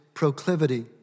proclivity